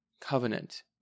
covenant